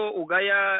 ugaya